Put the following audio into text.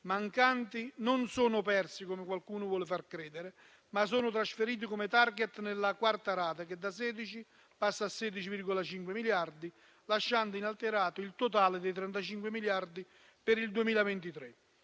mancanti non sono persi, come qualcuno vuole far credere, ma sono trasferiti come *target* nella quarta rata, che da 16 passa a 16,5 miliardi, lasciando inalterato il totale dei 35 miliardi per il 2023.